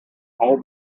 all